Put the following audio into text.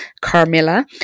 Carmilla